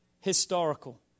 historical